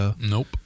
Nope